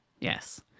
Yes